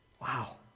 Wow